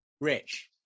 Rich